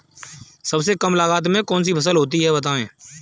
सबसे कम लागत में कौन सी फसल होती है बताएँ?